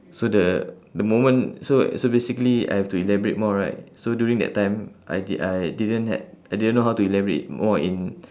so the the moment so so basically I have to elaborate more right so during that time I di~ I didn't had I didn't know how to elaborate more in